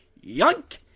yunk